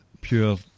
pure